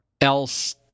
else